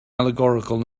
allegorical